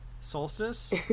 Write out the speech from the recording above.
solstice